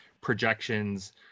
projections